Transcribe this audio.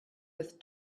with